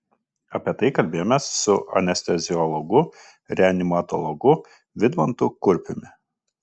apie tai kalbėjomės su anesteziologu reanimatologu vidmantu kurpiumi